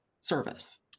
service